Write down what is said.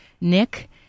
Nick